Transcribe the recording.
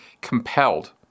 compelled